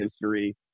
history